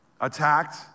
attacked